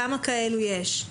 כמה כאלו יש?